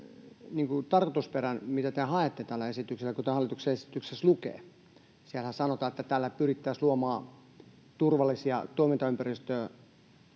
tarkoitusperän, mitä te haette tällä esityksellä, kuten hallituksen esityksessä lukee. Siellähän sanotaan, että tällä pyrittäisiin luomaan turvallisia toimintaympäristöjä